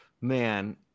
Man